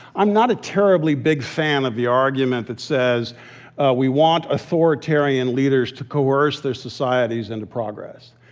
i'm not a terribly big fan of the argument that says we want authoritarian leaders to coerce their societies into progress.